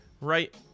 right